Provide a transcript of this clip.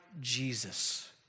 Jesus